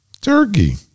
Turkey